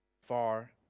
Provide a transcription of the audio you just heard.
far